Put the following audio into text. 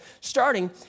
starting